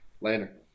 Later